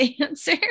answer